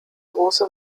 große